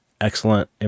excellent